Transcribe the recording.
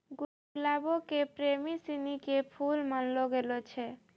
गुलाबो के प्रेमी सिनी के फुल मानलो गेलो छै